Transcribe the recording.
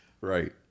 Right